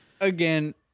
Again